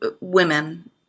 women